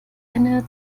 eine